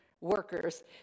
workers